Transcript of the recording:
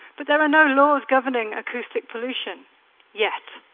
but there are no laws governing acoustic pollution yet.